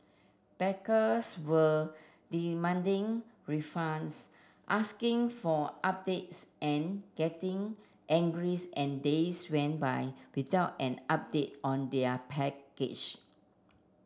backers were demanding refunds asking for updates and getting angry and days went by without an update on their package